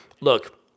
look